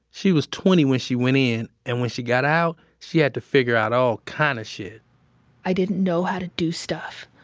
she was twenty when she went in, and when she got out, she had to figure out all kinds kind of shit i didn't know how to do stuff.